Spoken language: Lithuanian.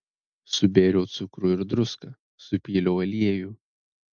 subėriau cukrų ir druską supyliau aliejų